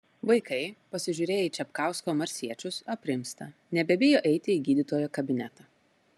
vaikai pasižiūrėję į čepkausko marsiečius aprimsta nebebijo eiti į gydytojo kabinetą